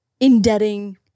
indebting